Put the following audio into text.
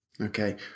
Okay